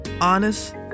honest